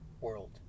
world